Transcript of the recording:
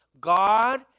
God